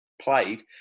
played